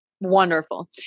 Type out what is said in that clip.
wonderful